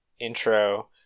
intro